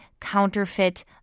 counterfeit